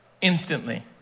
instantly